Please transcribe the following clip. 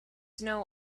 know